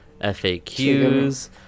FAQs